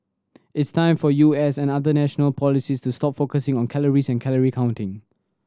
it's time for U S and other national policies to stop focusing on calories and calorie counting